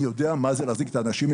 אני יודע מה זה להחזיק את האנשים,